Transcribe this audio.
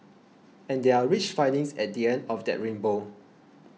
and there are rich findings at the end of that rainbow